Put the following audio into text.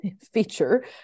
feature